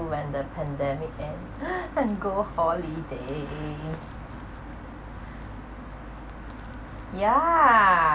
when the pandemic end and go holiday yeah